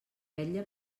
vetlla